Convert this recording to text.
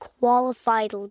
qualified